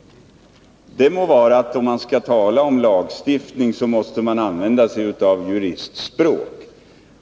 — det må vara att man om man skall tala om lagstiftning måste begagna juristspråk.